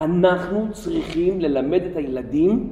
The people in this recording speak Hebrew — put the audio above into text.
אנחנו צריכים ללמד את הילדים